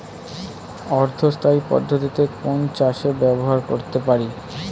অর্ধ স্থায়ী পদ্ধতি কোন চাষে ব্যবহার করতে পারি?